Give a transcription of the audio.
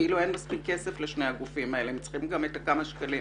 כאילו שאין מספיק כסף לשני הגופים האלה והם צריכים עוד כמה שקלים